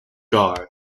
guard